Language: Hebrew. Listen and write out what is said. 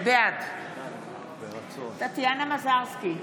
בעד טטיאנה מזרסקי,